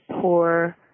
poor